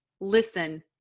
listen